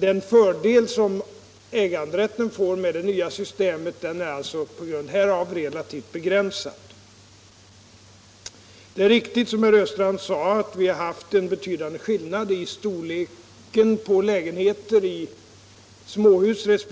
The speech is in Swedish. Den fördel som äganderätten får med det nya systemet är alltså på grund härav relativt begränsad. Det är riktigt, som herr Östrand sade, att vi har haft en betydande skillnad i storleken på lägenheter i småhus resp.